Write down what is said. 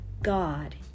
God